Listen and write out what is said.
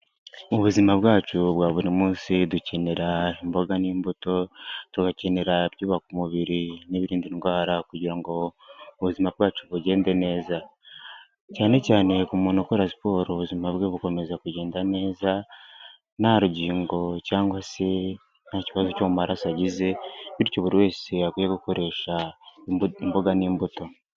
Mu buzima bwacu bwa buri munsi dukenera imboga n'imbuto, tugakenera ibyubaka umubiri n'ibirinda indwara kugira ngo ubuzima bwacu bugende neza, cyane cyane ku muntu ukora siporo ubuzima bwe bukomeza kugenda neza nta rugingo cyangwa se nta kibazo cy'amaraso yagize bityo buri wese akwiye gukoresha imboga n'imbuto.